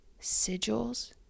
sigils